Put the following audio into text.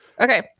okay